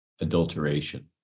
adulteration